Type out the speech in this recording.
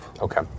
okay